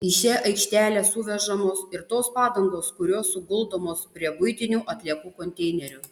į šią aikštelę suvežamos ir tos padangos kurios suguldomos prie buitinių atliekų konteinerių